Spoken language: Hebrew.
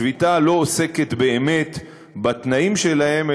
השביתה לא עוסקת באמת בתנאים שלהם,